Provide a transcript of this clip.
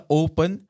open